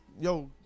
Yo